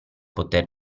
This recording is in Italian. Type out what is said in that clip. poter